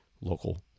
local